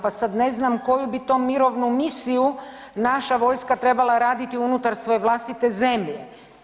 Pa sada ne znam koju bi to mirovnu misiju naša vojska trebala raditi unutar svoje vlastite zemlje.